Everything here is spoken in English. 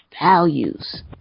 values